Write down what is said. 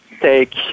take